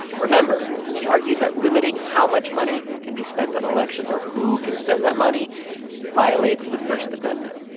remember, he argued that limiting how much money can be spent on elections or who can spend that money violates the first amendment.